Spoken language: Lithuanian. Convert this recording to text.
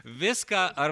viską ar